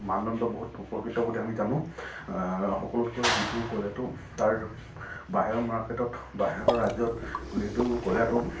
মানদণ্ড বহুত উপকৃত বুলি আমি জানো সকলোতকৈ লিডুৰ কয়লাটো তাৰ বাহিৰৰ মাৰ্কেটত বাহিৰৰ ৰাজ্যত লিডুৰ কয়লাটো